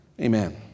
Amen